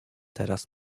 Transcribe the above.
teraz